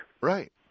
Right